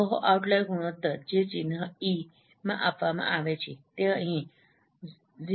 કહો આઉટલાઈર ગુણોત્તર જે ચિન્હ ઇ માં આપવામાં આવે છે તે અહીં 0